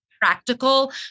Practical